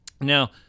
now